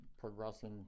progressing